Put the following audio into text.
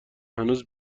هنوز